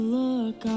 look